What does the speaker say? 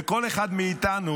וכל אחד מאיתנו